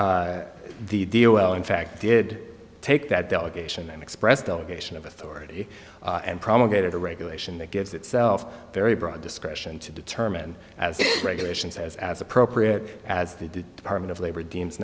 and the deal well in fact did take that delegation and expressed delegation of authority and promulgated a regulation that gives itself very broad discretion to determine as regulations as as appropriate as they did department of labor deems